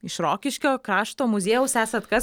iš rokiškio krašto muziejaus esat kas